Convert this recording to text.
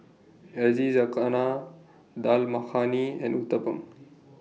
Yakizakana Dal Makhani and Uthapam